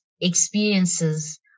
experiences